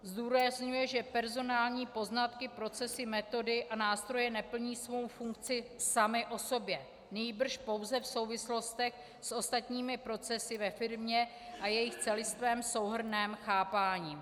Zdůrazňuje, že personální poznatky, procesy, metody a nástroje neplní svou funkci samy o sobě, nýbrž pouze v souvislostech s ostatními procesy ve firmě a jejich celistvém souhrnném chápání.